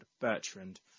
Bertrand